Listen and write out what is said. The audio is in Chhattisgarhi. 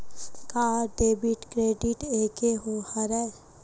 का डेबिट क्रेडिट एके हरय?